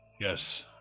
Yes